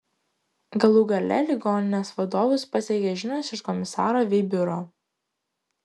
galų gale ligoninės vadovus pasiekė žinios iš komisaro vei biuro